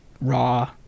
raw